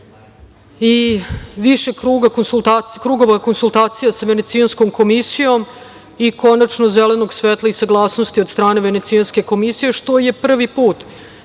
i više krugova konsultacija sa Venecijanskom komisijom i konačno, zelenog svetla i saglasnosti od strane Venecijanske komisije, što je prvi put